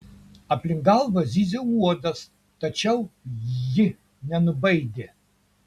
aplink galvą zyzė uodas tačiau ji nenubaidė